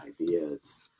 ideas